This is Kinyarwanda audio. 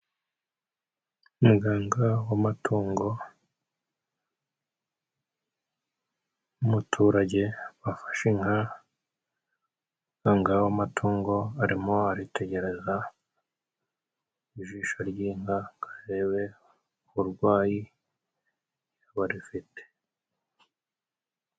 Umuganga w'amatungo n'umuturage bafashe inka. Umuganga w'amatungo arimo aritegereza ijisho ry'inka, arebe uburwayi rifite.